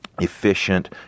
efficient